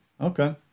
Okay